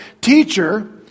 teacher